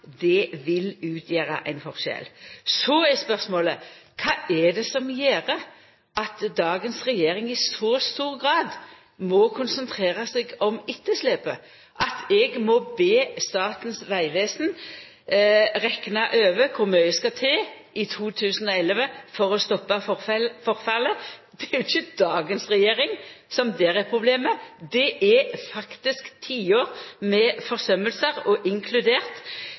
vil utgjera ein forskjell. Så er spørsmålet: Kva er det som gjer at dagens regjering i så stor grad må konsentrera seg om etterslepet at eg må be Statens vegvesen rekna over kor mykje som skal til i 2011 for å stoppa forfallet? Det er jo ikkje dagens regjering som der er problemet. Det er faktisk tiår med forsømmingar – og inkludert